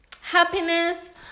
Happiness